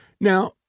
Now